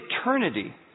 eternity